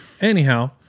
Anyhow